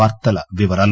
వార్తల వివరాలు